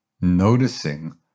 noticing